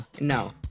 no